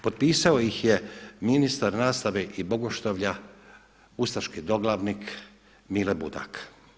Potpisao ih je ministar nastave i bogoštovlja ustaški doglavnik Mile Budak.